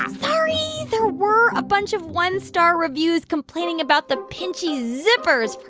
ah sorry. there were a bunch of one-star reviews complaining about the pinchy zippers.